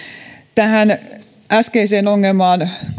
tähän äskeiseen ongelmaan